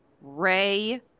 Ray